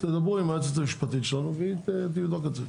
תדברו עם היועצת המשפטית שלנו והיא תבדוק את זה.